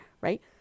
right